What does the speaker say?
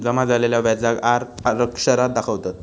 जमा झालेल्या व्याजाक आर अक्षरात दाखवतत